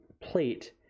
plate